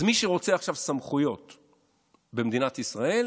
אתה עובר אותנו, את צבא ההגנה לישראל,